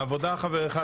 לעבודה חבר אחד,